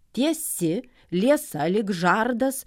tiesi liesa lyg žardas